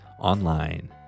online